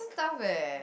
tough eh